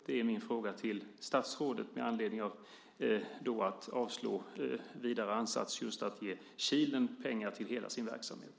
Det är min fråga till statsrådet med anledning av att man avslår vidare ansats för att ge Kilen pengar till hela sin verksamhet.